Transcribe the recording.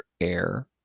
air